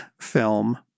film